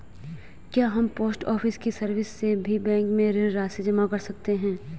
क्या हम post office की सर्विस से भी बैंक में ऋण राशि जमा कर सकते हैं?